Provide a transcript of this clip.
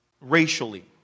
racially